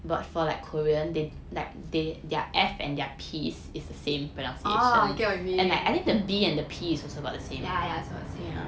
oh I get what you mean yeah yeah sort of the same yeah